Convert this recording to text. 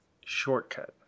shortcut